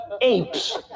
apes